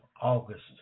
August